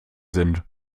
sind